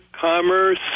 commerce